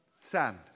sand